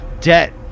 Debt